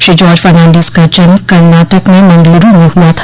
श्री जार्ज फर्नांडोस का जन्म कर्नाटक में मगलूरु में हुआ था